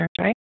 right